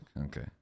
Okay